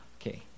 Okay